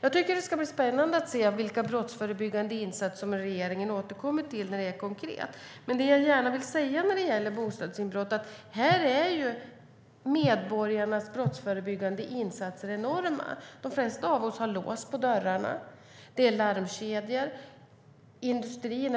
Jag tycker att det ska bli spännande att se vilka brottsförebyggande insatser som regeringen kommer att återkomma till konkret. Det som jag gärna vill säga när det gäller bostadsinbrott är att medborgarnas brottsförebyggande insatser i detta sammanhang är enorma. De flesta av oss har lås på dörrarna,